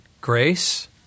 grace